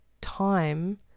time